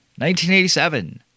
1987